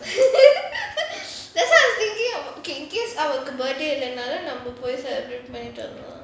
that's why I was thinking our birthday another number இல்லனாலும் நாம போய்:illanaalum naama poi celebrate பண்ணனும்:pannanum